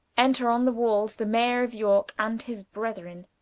enter on the walls, the maior of yorke, and his brethren.